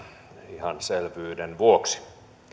ihan selvyyden vuoksi